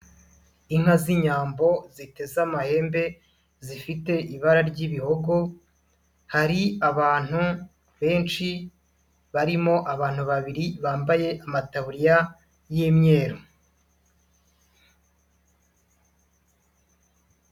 Inka z'inyambo ziteze amahembe, zifite ibara ry'ibihogo, hari abantu benshi barimo abantu babiri bambaye amataburiya y'imyeru.